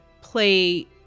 play